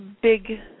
big